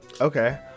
Okay